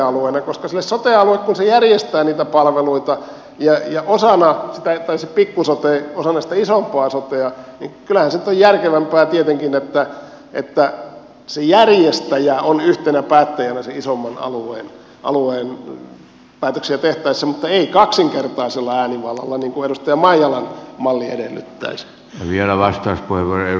kun se sote alue järjestää niitä palveluita pikku sote osana sitä isompaa sotea niin kyllähän se nyt on järkevämpää tietenkin että se järjestäjä on yhtenä päättäjänä sen isomman alueen päätöksiä tehtäessä mutta ei kaksinkertaisella äänivallalla niin kuin edustaja maijalan malli edellyttäisi